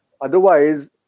Otherwise